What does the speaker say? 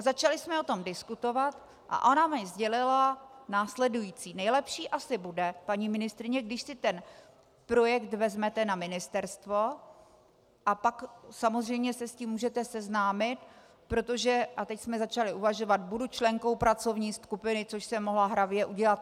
Začaly jsme o tom diskutovat a ona mi sdělila následující: Nejlepší asi bude, paní ministryně, když si ten projekt vezmete na ministerstvo, a pak samozřejmě se s tím můžete seznámit, protože a teď jsme začaly uvažovat budu členkou pracovní skupiny, což jsem mohla hravě udělat.